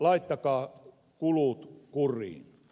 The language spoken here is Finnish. laittakaa kulut kuriin